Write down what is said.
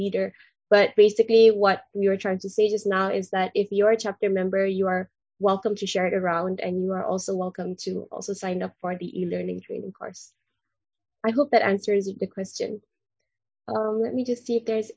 leader but basically what we were trying to say just now is that if you're a chapter member you are welcome to share it around and you are also welcome to also sign up for the e learning training course i hope that answers the question let me just see if there's